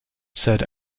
said